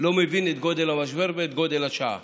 לא מבין את גודל המשבר ואת גודל השעה.